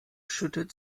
schüttet